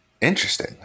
Interesting